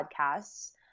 podcasts